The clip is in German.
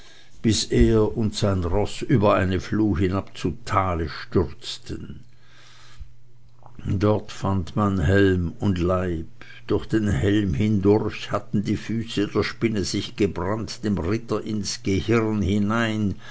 bis er und sein roß über eine fluh hinab zu tale stürzten dort fand man helm und leib und durch den helm hindurch hatten die füße der spinne sich gebrannt dem ritter bis ins gehirn hinein